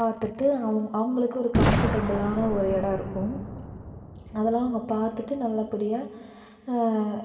பார்த்துட்டு அவுங்களுக்கு ஒரு கம்ஃபர்டபுளான ஒரு இடம் இருக்கும் அதெல்லாம் அவங்க பார்த்துட்டு நல்லபடியாக